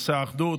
את נושא האחדות.